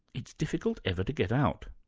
it's difficult ever to get out.